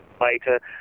later